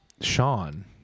Sean